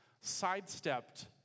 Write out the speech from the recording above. sidestepped